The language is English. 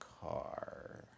car